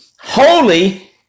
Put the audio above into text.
holy